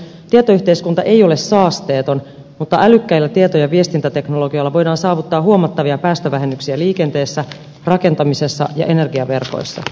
tietoyhteiskunta ei ole saasteeton mutta älykkäällä tieto ja viestintäteknologialla voidaan saavuttaa huomattavia päästövähennyksiä liikenteessä rakentamisessa ja energiaverkoissa